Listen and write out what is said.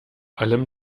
allem